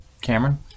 Cameron